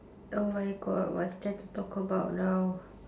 oh my god what's there to talk about now